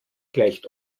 gleicht